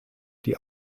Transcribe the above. die